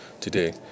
today